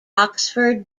oxford